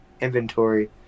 inventory